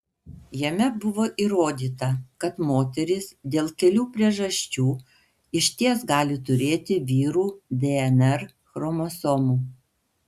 jame buvo įrodyta kad moterys dėl kelių priežasčių išties gali turėti vyrų dnr chromosomų